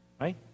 Right